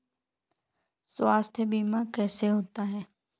स्वास्थ्य बीमा कैसे होता है?